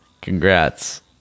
congrats